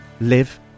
live